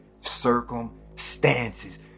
circumstances